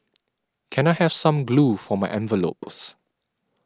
can I have some glue for my envelopes